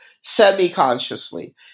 semi-consciously